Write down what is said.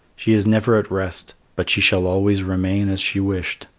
she is never at rest, but she shall always remain as she wished,